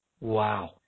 Wow